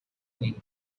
name